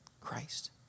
Christ